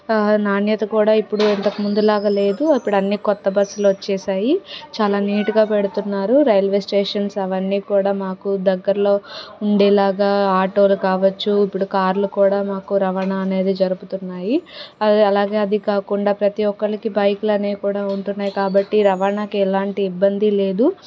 నాణ్యత కూడా ఇప్పుడు ఇంతక ముందు లాగ లేదు ఇప్పుడు అన్నీ కొత్త బస్సులు వచ్చేసాయి చాలా నీట్గా పెడుతున్నారు రైల్వే స్టేషన్స్ అవన్నీ కూడా మాకు దగ్గరలో ఉండేలాగా ఆటోలు కావచ్చు ఇప్పుడు కార్లు కూడా మాకు రవాణా అనేది జరుగుతున్నాయి అది అలాగే అది కాకుండా ప్రతి ఒక్కరికి బైక్లు అన్నీ కూడా ఉంటున్నాయి కాబట్టి రవాణాకి ఎలాంటి ఇబ్బంది లేదు